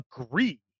agree